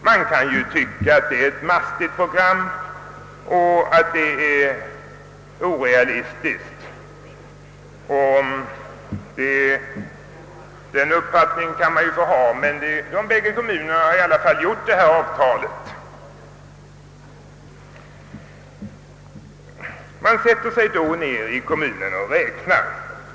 Man kan tycka att det är ett stort program och att det är orealistiskt att genomföra. De båda kommunerna har i alla fall träffat detta avtal. Man sätter sig då ned och räknar.